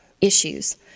issues